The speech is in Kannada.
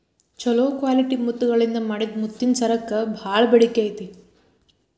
ಚೊಲೋ ಕ್ವಾಲಿಟಿ ಮುತ್ತಗಳಿಂದ ಮಾಡಿದ ಮುತ್ತಿನ ಸರಕ್ಕ ಬಾಳ ಬೇಡಿಕೆ ಐತಿ